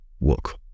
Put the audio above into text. work